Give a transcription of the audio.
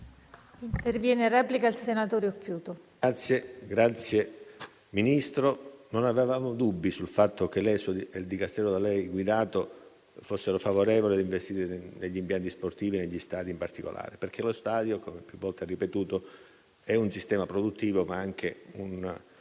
Signora Ministro, non avevamo dubbi sul fatto che lei e il Dicastero da lei guidato foste favorevoli ad investire negli impianti sportivi e negli stadi in particolare, perché lo stadio - come più volte lei ha ripetuto - è un sistema produttivo, ma anche un